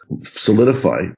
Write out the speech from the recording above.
solidify